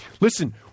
Listen